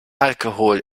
alkohol